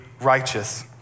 righteous